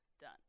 done